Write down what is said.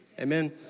Amen